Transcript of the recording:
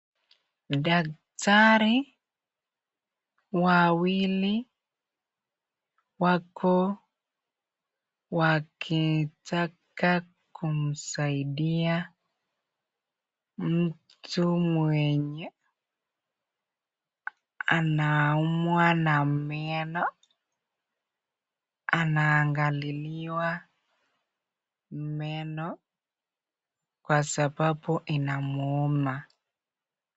Daktari wawili wako wakitaka kumsaidia mtu mwenye anaumwa na meno anaangaliliwa meno kwa sababu inamuuma.